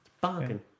bargain